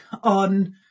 on